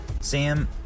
Sam